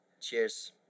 Cheers